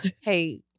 Hey